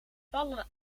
vallen